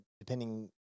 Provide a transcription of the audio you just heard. depending